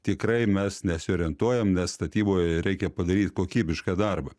tikrai mes nesiorientuojam nes statyboje reikia padaryt kokybišką darbą